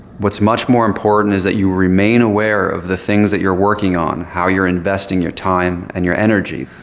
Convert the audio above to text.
what's much more important is that you remain aware of the things that you're working on, how you're investing your time and your energy.